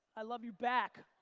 i love you back.